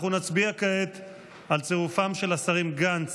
אנחנו נצביע כעת על צירופם של השרים גנץ,